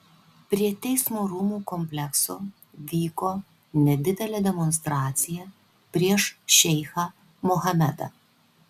prie teismo rūmų komplekso vyko nedidelė demonstracija prieš šeichą mohamedą